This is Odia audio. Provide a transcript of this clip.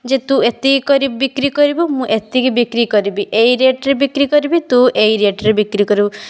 ଯେ ତୁ ଏତିକି କରି ବିକ୍ରୀ କରିବୁ ମୁଁ ଏତିକି ବିକ୍ରି କରିବି ଏଇ ରେଟ୍ ରେ ବିକ୍ରୀ କରିବି ତୁ ଏଇ ରେଟ୍ ରେ ବିକ୍ରୀ କରିବୁ